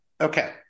Okay